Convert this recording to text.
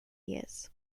ears